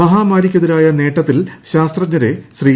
മഹാമാരിയ്ക്കെതിരായ നേട്ടത്തിൽ ശാസ്ത്രജ്ഞരെ ശ്രീ